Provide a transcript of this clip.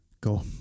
Go